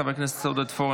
חבר הכנסת עודד פורר,